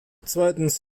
zweitens